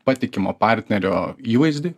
patikimo partnerio įvaizdį